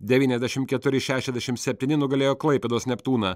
devyniasdešimt keturi šešiasdešimt septyni nugalėjo klaipėdos neptūną